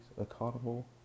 accountable